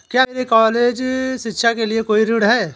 क्या मेरे कॉलेज शिक्षा के लिए कोई ऋण है?